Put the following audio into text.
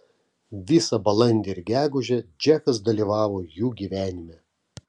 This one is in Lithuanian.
visą balandį ir gegužę džekas dalyvavo jų gyvenime